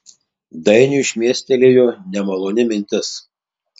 dainiui šmėstelėjo nemaloni mintis